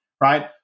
right